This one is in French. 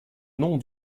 nom